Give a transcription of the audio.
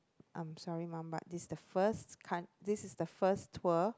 I'm sorry mum but this the first coun~ this is the first tour